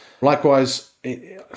Likewise